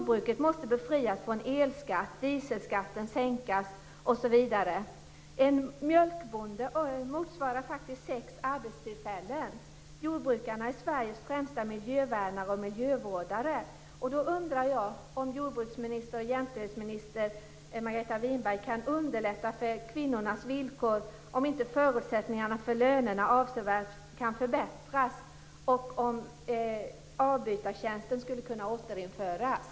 Det måste befrias från elskatt, dieselskatten bör sänkas osv. En mjölkbonde motsvarar faktiskt sex arbetstillfällen. Jordbrukarna är Sveriges främsta miljövärnare och miljövårdare. Då undrar jag om jordbruksminister och jämställdhetsminister Margareta Winberg kan underlätta för kvinnornas villkor, om inte förutsättningarna för lönerna avsevärt kan förbättras och om avbytartjänsten skulle kunna återinföras.